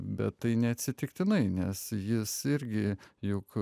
bet tai neatsitiktinai nes jis irgi juk